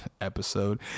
episode